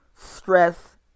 stress